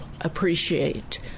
appreciate